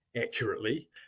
accurately